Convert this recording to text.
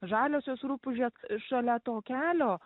žaliosios rupūžės šalia to kelio